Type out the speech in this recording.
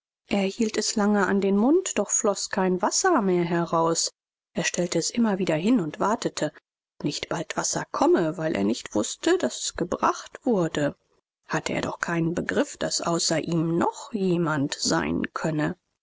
hielt es lange an den mund doch floß kein wasser mehr heraus er stellte es immer wieder hin und wartete ob nicht bald wasser komme weil er nicht wußte daß es gebracht wurde hatte er doch keinen begriff daß außer ihm noch jemand sein könne